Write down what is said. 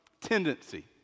tendency